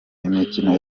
imikino